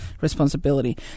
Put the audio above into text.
responsibility